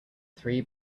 three